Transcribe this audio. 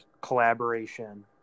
collaboration